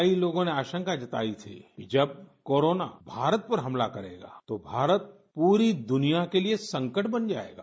कई लोगों ने आशंका जताई थी कि जब कोरोना भारत पर हमला करेगा तो भारत पूरी दुनिया के लिए संकट बन जाएगा